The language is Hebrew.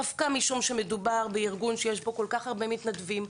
דווקא משום שמדובר בארגון שיש בו כל-כך הרבה מתנדבים,